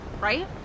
right